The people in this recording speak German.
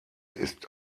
ist